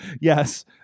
yes